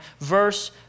verse